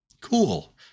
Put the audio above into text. Cool